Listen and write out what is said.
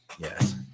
yes